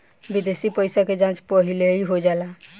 विदेशी पइसा के जाँच पहिलही हो जाला